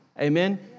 Amen